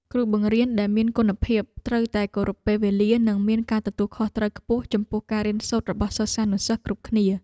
គ្រូបង្រៀនដែលមានគុណភាពត្រូវតែគោរពពេលវេលានិងមានការទទួលខុសត្រូវខ្ពស់ចំពោះការរៀនសូត្ររបស់សិស្សានុសិស្សគ្រប់គ្នា។